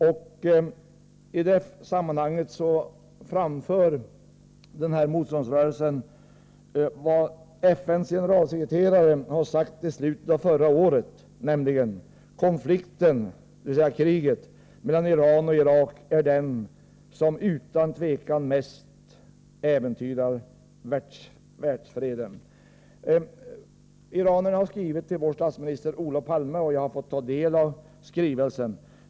I det här sammanhanget pekar motståndsrörelsen på vad FN:s generalsekreterare sade i slutet av förra året, nämligen att konflikten — dvs. kriget — mellan Iran och Irak utan tvivel är det som mest äventyrar världsfreden. Iranierna har skrivit till vår statsminister Olof Palme, och jag har fått ta del av skrivelsen.